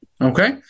Okay